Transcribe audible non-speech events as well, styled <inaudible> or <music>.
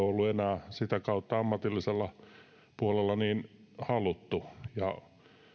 <unintelligible> ollut enää sitä kautta ammatillisella puolella niin haluttu